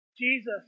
Jesus